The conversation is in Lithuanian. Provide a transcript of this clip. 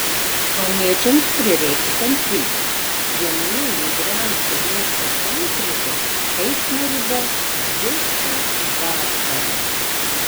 kauniečiams prireiks kantrybės vienoje judriausių miesto sankryžų eismą ribos visą vasarą